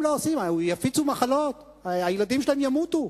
הם לא עושים, יפיצו מחלות, הילדים שלהם ימותו.